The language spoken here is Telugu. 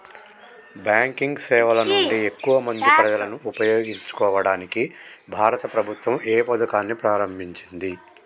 బ్యాంకింగ్ సేవల నుండి ఎక్కువ మంది ప్రజలను ఉపయోగించుకోవడానికి భారత ప్రభుత్వం ఏ పథకాన్ని ప్రారంభించింది?